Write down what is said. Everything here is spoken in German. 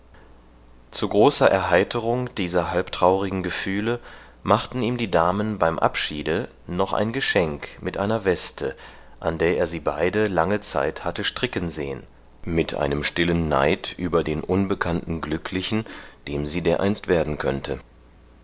zu großer erheiterung dieser halb traurigen gefühle machten ihm die damen beim abschiede noch ein geschenk mit einer weste an der er sie beide lange zeit hatte stricken sehen mit einem stillen neid über den unbekannten glücklichen dem sie dereinst werden könnte